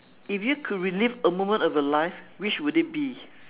if you could relive a moment of your life which would it be